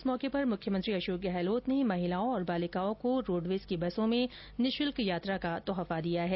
इस मौके पर मुख्यमंत्री अशोक गहलोत ने महिलाओं और बालिकाओं को रोडवेज की बसों में निःशुल्क यात्रा का तोहफा दिया है